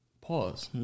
pause